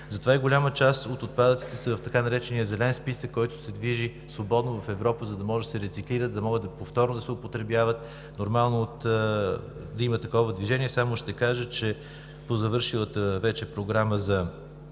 Затова и голяма част от отпадъците са в така наречения Зелен списък, който се движи свободно в Европа, за да може да се рециклират, да може повторно да се употребяват. Нормално е да има такова движение. Само ще кажа, че по завършилата вече